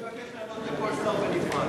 אני מבקש לענות לכל שר בנפרד.